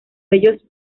bellos